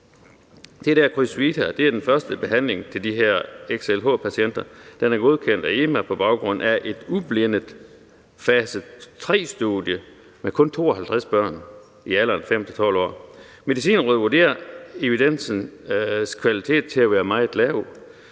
er den første behandling til XLH-patienter. Det er godkendt af EMA på baggrund af et ublindet fase 3-studie med kun 52 børn i alderen 5 til 12 år. Medicinrådet vurderer evidensens kvalitet til at være meget lav